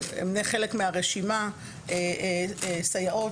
לחלק מהרשימה סייעות,